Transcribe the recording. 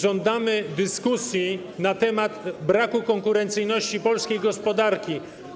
Żądamy dyskusji na temat braku konkurencyjności polskiej gospodarki.